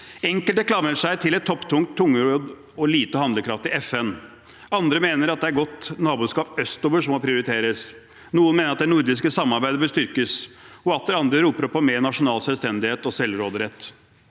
Enkelte klamrer seg til et topptungt, tungrodd og lite handlekraftig FN. Andre mener at det er godt naboskap østover som må prioriteres. Noen mener at det nordiske samarbeidet bør styrkes, og atter andre roper om mer nasjonal selvstendighet og selvråderett.